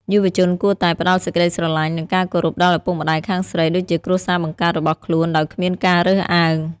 យុវជនគួរតែ "ផ្ដល់សេចក្ដីស្រឡាញ់ និងការគោរពដល់ឪពុកម្ដាយខាងស្រី" ដូចជាគ្រួសារបង្កើតរបស់ខ្លួនដោយគ្មានការរើសអើង។